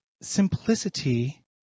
simplicity